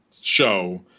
show